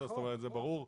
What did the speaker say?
ברור.